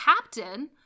captain